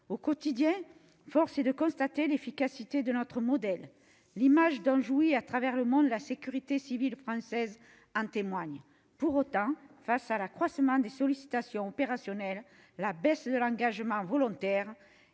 Au quotidien, force est de constater l'efficacité de notre modèle. L'image dont jouit, à travers le monde, la sécurité civile française en témoigne. Pourtant, face à l'accroissement des sollicitations opérationnelles, à la baisse de l'engagement volontaire